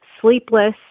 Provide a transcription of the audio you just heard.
sleepless